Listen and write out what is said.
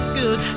good